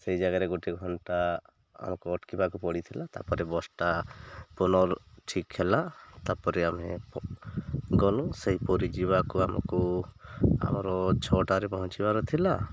ସେଇ ଜାଗାରେ ଗୋଟିଏ ଘଣ୍ଟା ଆମକୁ ଅଟକିବାକୁ ପଡ଼ିଥିଲା ତା'ପରେ ବସ୍ଟା ପୁନର୍ ଠିକ୍ ହେଲା ତା'ପରେ ଆମେ ଗଲୁ ସେଇ ପରି ଯିବାକୁ ଆମକୁ ଆମର ଛଅଟାରେ ପହଞ୍ଚିବାର ଥିଲା